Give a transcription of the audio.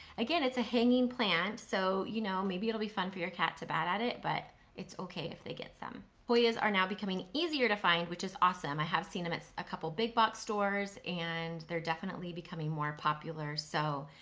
again, it's a hanging plant so you know maybe it'll be fun for your cat to bat at it but it's okay if they get some. hoyas are now becoming easier to find which is awesome. i have seen them at a couple big-box stores and they're definitely becoming more popular so,